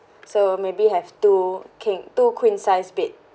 so maybe have two king two queen size bed